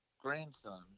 grandson